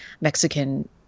Mexican